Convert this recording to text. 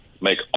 make